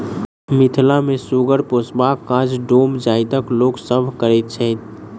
मिथिला मे सुगर पोसबाक काज डोम जाइतक लोक सभ करैत छैथ